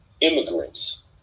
immigrants